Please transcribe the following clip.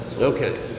Okay